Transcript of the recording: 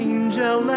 Angel